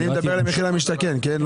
אני מדבר על מחיר למשתכן, כן?